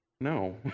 No